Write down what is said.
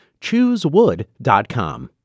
Choosewood.com